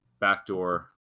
backdoor